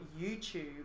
youtube